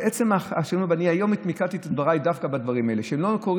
אני לא מדבר